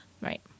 Right